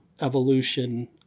evolution